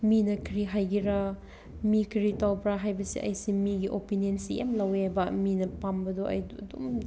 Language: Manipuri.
ꯃꯤꯅ ꯀꯔꯤ ꯍꯥꯏꯒꯦꯔꯥ ꯃꯤ ꯀꯔꯤ ꯇꯧꯕ꯭ꯔꯥ ꯍꯥꯏꯕꯁꯦ ꯑꯩꯁꯦ ꯃꯤꯒꯤ ꯑꯣꯄꯤꯅꯤꯌꯟꯁꯤ ꯌꯥꯝ ꯂꯧꯋꯦꯕ ꯃꯤꯅ ꯄꯥꯝꯕꯗꯣ ꯑꯩꯗꯣ ꯑꯗꯨꯝ